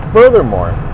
furthermore